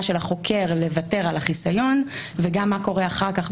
של החוקר לוותר על החיסיון וגם מה קורה אחר כך,